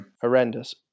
Horrendous